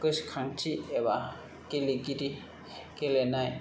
गोसोखांथि एबा गेलेगिरि गेलेनाय